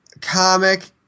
comic